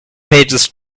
pages